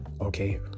okay